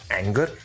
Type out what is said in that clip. anger